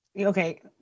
Okay